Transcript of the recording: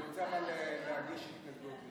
אבל אני רוצה להגיש התנגדות לפני.